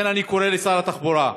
לכן, אני קורא לשר התחבורה: